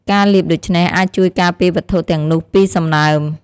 ការលាបដូច្នេះអាចជួយការពារវត្ថុទាំងនោះពីសំណើម។